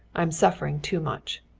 i'm suffering too much.